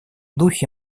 духе